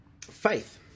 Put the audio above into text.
faith